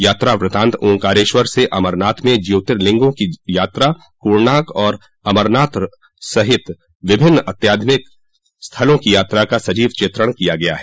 यात्रा वृतान्त ओंकारेश्वर से अमरनाथ में ज्योर्तिलिंगों की यात्रा कोणार्क और अमरनाथ सहित विभिन्न आध्यात्मिक स्थलों की यात्रा का सजीव चित्रण किया गया है